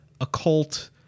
occult